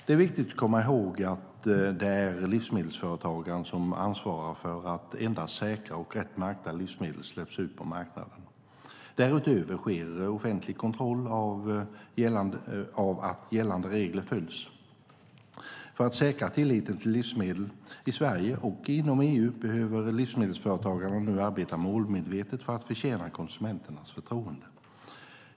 Det är viktigt att komma ihåg att det är livsmedelsföretagaren som ansvarar för att endast säkra och rätt märkta livsmedel släpps ut på marknaden. Därutöver sker offentlig kontroll av att gällande regler följs. För att säkra tilliten till livsmedel i Sverige och inom EU behöver livsmedelsföretagarna nu arbeta målmedvetet för att förtjäna konsumenternas förtroende.